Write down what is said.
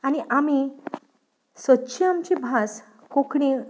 आनी आमी सदची आमची भास कोंकणी